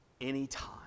anytime